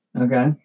Okay